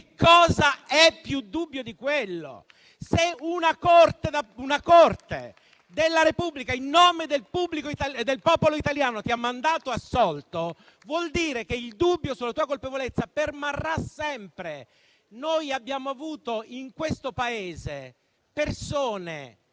cosa è più dubbio di quello? Se una corte della Repubblica, in nome del popolo italiano ti ha mandato assolto, vuol dire che il dubbio sulla tua colpevolezza permarrà sempre. Noi abbiamo avuto in questo paese persone, come